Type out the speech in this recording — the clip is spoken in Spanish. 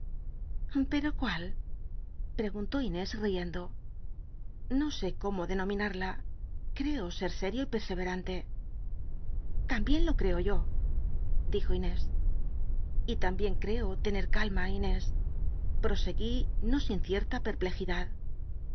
pero cual preguntó inés riendo no sé cómo denominarla creo ser serio y pei'sc'ci iole tambien lo creo yo dijo inés y lambien creo tener calma inés proseguí no sin cierta perplejidad